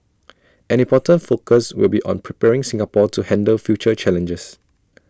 an important focus will be on preparing Singapore to handle future challenges